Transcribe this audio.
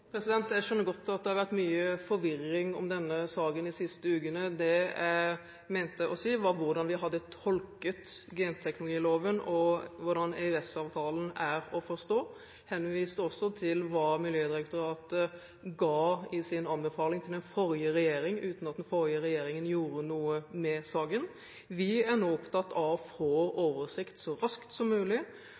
Jeg skjønner godt at det har vært mye forvirring om denne saken de siste ukene. Det jeg mente å si, var hvordan vi hadde tolket genteknologiloven, og hvordan EØS-avtalen er å forstå. Jeg henviste også til hva Miljødirektoratet ga som anbefaling til den forrige regjeringen, uten at den forrige regjeringen gjorde noe med saken. Vi er nå opptatt av å få oversikt så raskt som mulig,